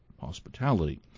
hospitality